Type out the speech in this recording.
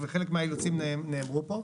וחלק מהאילוצים נאמרו פה.